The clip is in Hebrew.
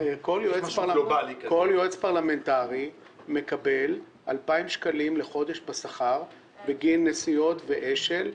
כל יועץ פרלמנטרי מקבל 2,000 שקים לחודש בשכר בגין נסיעות ואש"ל,